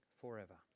forever